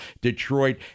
Detroit